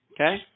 Okay